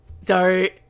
sorry